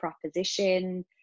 proposition